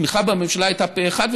התמיכה בממשלה הייתה פה אחד,